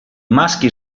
maschi